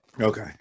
okay